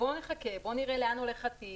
בואו נחכה ונראה לאן הולך התיק